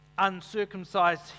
uncircumcised